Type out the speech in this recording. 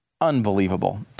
Unbelievable